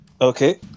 Okay